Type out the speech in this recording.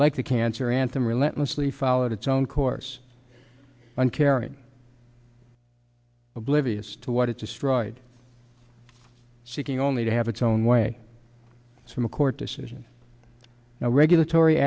like a cancer anthem relentlessly followed its own course uncaring oblivious to what it destroyed seeking only to have its own way from a court decision now regulatory